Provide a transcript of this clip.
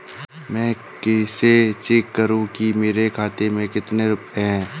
मैं कैसे चेक करूं कि मेरे खाते में कितने रुपए हैं?